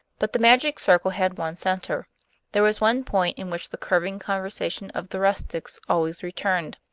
but the magic circle had one center there was one point in which the curving conversation of the rustics always returned.